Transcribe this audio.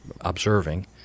observing